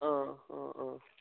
অঁ অঁ অঁ